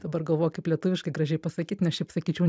dabar galvoju kaip lietuviškai gražiai pasakyt nes šiaip sakyčiau